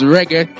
Reggae